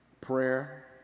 prayer